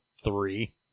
Three